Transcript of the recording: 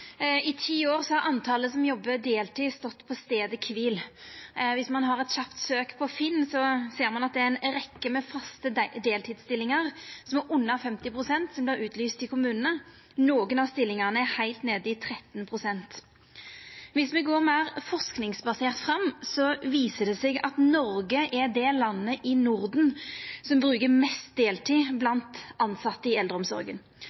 I ti år har talet på dei som jobbar deltid, stått på staden kvil. Dersom ein tek eit kjapt søk på finn.no, ser ein at det er ei rekkje med faste deltidsstillingar under 50 pst. som vert utlyste i kommunane. Nokre av stillingane er heilt nede i 13 pst. Dersom me går meir forskingsbasert fram, viser det seg at Noreg er det landet i Norden som bruker mest deltid blant tilsette i eldreomsorga.